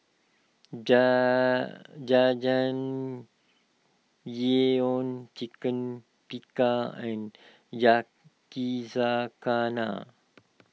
jar Jajangmyeon Chicken Tikka and Yakizakana